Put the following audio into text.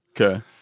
Okay